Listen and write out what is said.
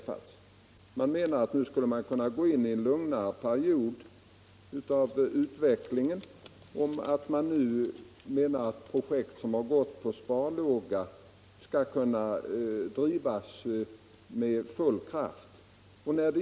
Man menar att nu skall man kunna gå in i en lugnare period av ut vecklingen, och projekt som har fått gå på sparlåga skall nu kunna drivas = med full kraft.